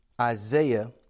Isaiah